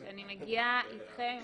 שאני מגיעה איתכם,